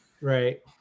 right